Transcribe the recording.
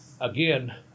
again